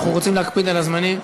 אנחנו רוצים להקפיד על הזמנים.